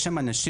יש שם אנשים,